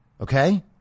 okay